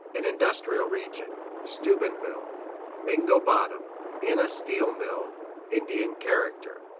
an industrial region steubenville mingo bottom in a steel mill indian character.